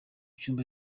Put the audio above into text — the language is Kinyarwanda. cyumba